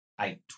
eight